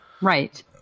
Right